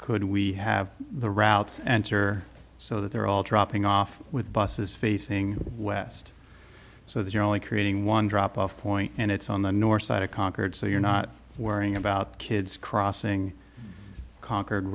could we have the route answer so that they're all dropping off with buses facing west so that you're only creating one drop off point and it's on the north side of concord so you're not worrying about kids crossing con